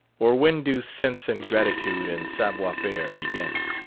or when do sense and gratitude and savoir-faire begin?